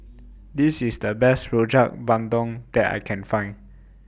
This IS The Best Rojak Bandung that I Can Find